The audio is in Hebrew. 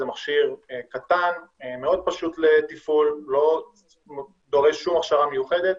מכשיר קטן מאוד פשוט לתפעול ולא דורש הכשרה מיוחדת,